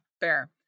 Fair